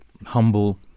humble